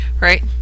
right